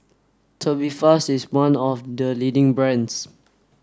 Tubifast is one of the leading brands